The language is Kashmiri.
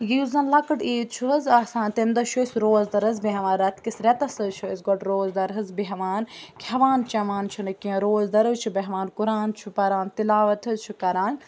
یُس زَن لۄکٕٹ عیٖد چھُ حظ آسان تَمہِ دۄہ چھُ أسۍ روزدَر حظ بیٚہوان رٮ۪تہٕ کِس رٮ۪تَس حظ چھِ أسۍ گۄڈٕ روزدَر حظ بیٚہوان کھٮ۪وان چٮ۪وان چھُنہٕ کیٚنٛہہ روزدَر حظ چھِ بیٚہوان قُران چھُ پَران تِلاوَت حظ چھِ کَران